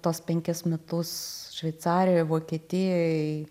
tuos penkis metus šveicarijoj vokietijoj